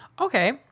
okay